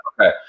Okay